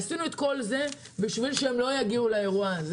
עשינו את כל זה בשביל שהם לא יגיעו לאירוע הזה.